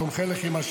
תומכי לחימה,